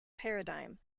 paradigm